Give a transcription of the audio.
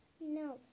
no